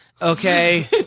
Okay